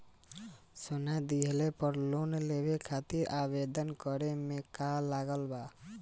सोना दिहले पर लोन लेवे खातिर आवेदन करे म का का लगा तऽ?